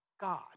God